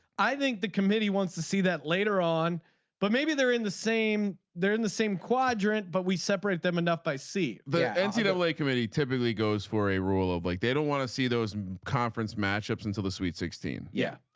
i think the committee wants to see that later on but maybe they're in the same. they're in the same quadrant but we separate them enough by sea. the and ncaa rules like committee typically goes for a rule of like they don't want to see those conference matchups until the sweet sixteen. yeah.